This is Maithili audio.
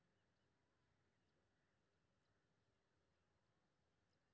ककरो पाय भेजै मे कोनो अधिक पाय भी कटतै की?